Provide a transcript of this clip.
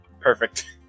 Perfect